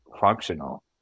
functional